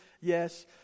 Yes